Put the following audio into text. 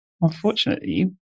unfortunately